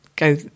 go